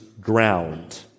ground